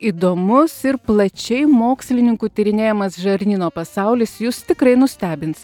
įdomus ir plačiai mokslininkų tyrinėjamas žarnyno pasaulis jus tikrai nustebins